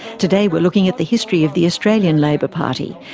today we're looking at the history of the australian labor party,